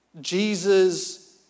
Jesus